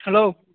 hello